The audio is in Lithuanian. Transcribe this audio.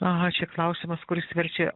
aha čia klausimas kuris verčia